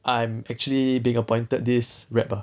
I'm actually being appointed this rep ah